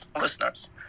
listeners